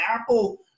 Apple